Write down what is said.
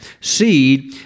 seed